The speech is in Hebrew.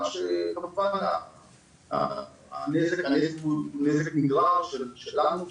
מה שכמובן הנזק הוא נזק נגרר שלנו,